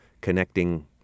connecting